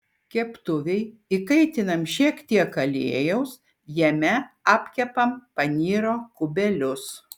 keptuvėj įkaitinam šiek tiek aliejaus jame apkepam panyro kubelius